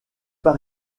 pas